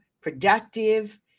productive